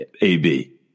AB